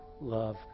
love